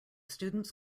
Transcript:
students